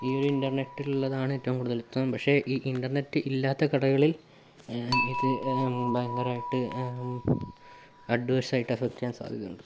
ഈ ഇന്റർനെറ്റുള്ളതാണ് ഏറ്റവും കൂടുതൽ ഉത്തമം പക്ഷെ നെറ്റില്ലാത്ത കടകളിൽ ഭയങ്കരയിട്ട് അഡ്വാൻസായിട്ട് എഫക്റ്റ് ചെയ്യാൻ സാധ്യതയുണ്ട്